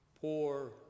poor